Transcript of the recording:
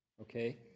Okay